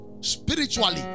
spiritually